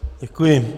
Děkuji.